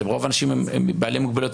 רוב האנשים בעלי מוגבלויות,